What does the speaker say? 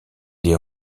des